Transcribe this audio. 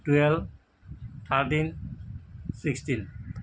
twelve thirteen sixteen